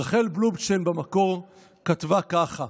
במקור, רחל בלובשטיין כתבה כך: